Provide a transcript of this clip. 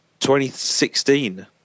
2016